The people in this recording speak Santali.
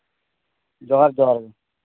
ᱡᱚᱦᱟᱨᱼᱡᱚᱦᱟᱨ